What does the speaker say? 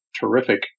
terrific